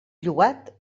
llogat